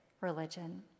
religion